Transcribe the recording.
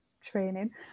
training